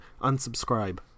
unsubscribe